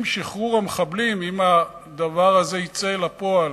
שעם שחרור המחבלים, אם הדבר הזה יצא אל הפועל,